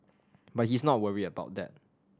but he's not worried about that